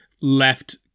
left